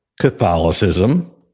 Catholicism